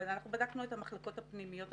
בדקנו את המצב של המחלקות הפנימיות.